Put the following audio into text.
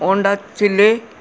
Honda చిల్లే